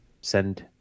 Send